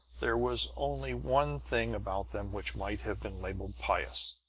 there was only one thing about them which might have been labeled pious